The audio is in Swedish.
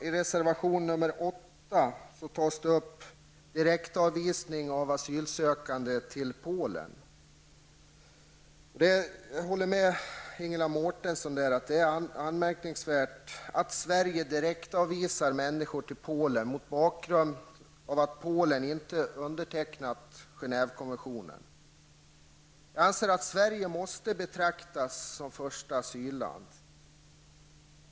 I reservation nr 8 tas frågan om direktavvisning av asylsökande till Polen upp. Jag håller med Ingela Mårtensson om att det är anmärkningsvärt att Sverige direktavvisar människor till Polen mot bakgrund av att Polen inte undertecknat Genèvekonventionen. Jag anser att Sverige måste betraktas som första asylland.